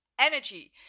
energy